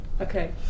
Okay